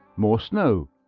more snow